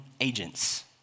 agents